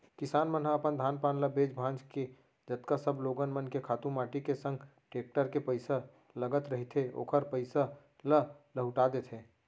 किसान मन ह अपन धान पान ल बेंच भांज के जतका सब लोगन मन के खातू माटी के संग टेक्टर के पइसा लगत रहिथे ओखर पइसा ल लहूटा देथे